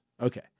Okay